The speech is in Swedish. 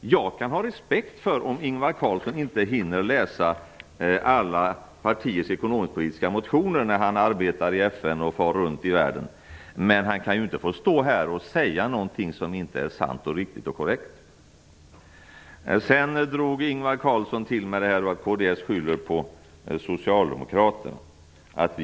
Jag kan ha respekt för att Ingvar Carlsson inte hinner läsa alla partiers ekonomiskpolitiska motioner när han arbetar i FN och far runt i världen. Men han kan inte få stå här och säga något som inte är sant och riktigt. Ingvar Carlsson sade vidare att kds skyller sin tillbakagång i valet på socialdemokraterna.